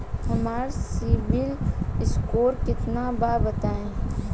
हमार CIBIL score केतना बा बताईं?